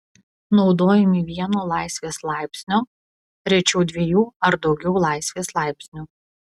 naudojami vieno laisvės laipsnio rečiau dviejų ar daugiau laisvės laipsnių